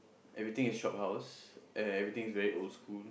everything is shop house everything is very old school